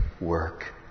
work